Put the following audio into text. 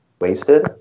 wasted